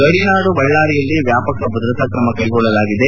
ಗಡಿನಾಡು ಬಳ್ಳಾರಿಯಲ್ಲಿ ವ್ಯಾಪಕ ಭದ್ರತಾ ಕ್ರಮ ಕೈಗೊಳ್ಳಲಾಗಿದೆ